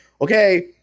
okay